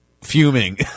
fuming